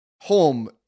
home